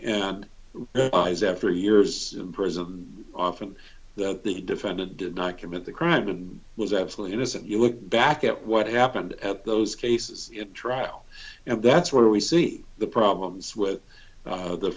and after years in prison often that the defendant did not commit the crime and was absolutely innocent you look back at what happened at those cases get trial and that's where we see the problems with